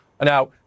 Now